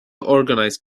organised